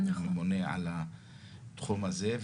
שהוא ממונה על התחום הזה.